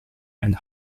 and